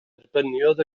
derbyniodd